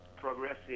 progressive